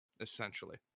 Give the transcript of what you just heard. essentially